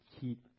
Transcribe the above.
keep